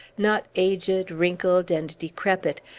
not aged, wrinkled, and decrepit,